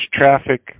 traffic